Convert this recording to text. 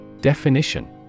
Definition